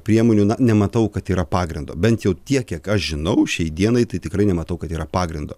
priemonių na nematau kad yra pagrindo bent jau tiek kiek aš žinau šiai dienai tai tikrai nematau kad yra pagrindo